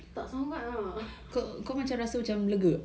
ya and